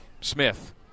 Smith